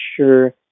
sure